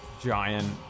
giant